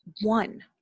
one